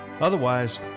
Otherwise